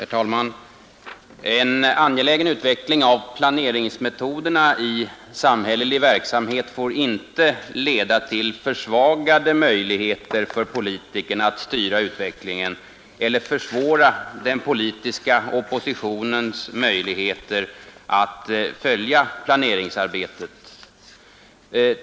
Herr talman! En angelägen utveckling av planeringsmetoderna i samhällelig verksamhet får inte leda till försvagade möjligheter för politikern att styra utvecklingen eller minska den politiska oppositionens förutsättningar att följa planeringsarbetet.